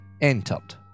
entered